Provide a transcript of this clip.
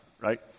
right